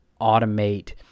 automate